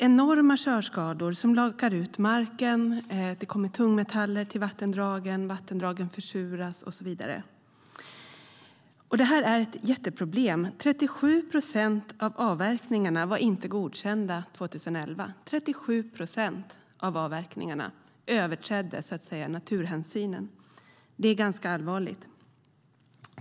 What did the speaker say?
Enorma körskador lakar ut marken, och det kommer tungmetaller till vattendragen, som försuras. Det är ett jätteproblem.37 procent av avverkningarna 2011 var inte godkända. 37 procent av avverkningarna överträdde alltså naturhänsynen. Det är ganska allvarligt.